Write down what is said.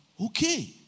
okay